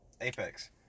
Apex